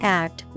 act